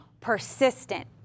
persistent